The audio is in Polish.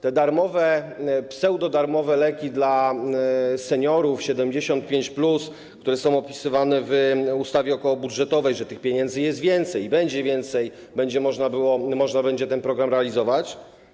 Te darmowe, pseudodarmowe leki dla seniorów 75+, które są opisywane w ustawie okołobudżetowej tak: że tych pieniędzy jest więcej i będzie więcej, będzie można ten program realizować.